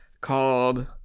Called